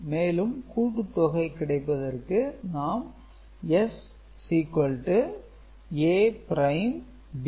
மேலும் கூட்டுத்தொகை கிடைப்பதற்கு நாம் S A'